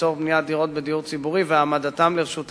לצורך בניית דירות בדיור ציבורי והעמדתן לרשות הציבור.